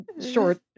short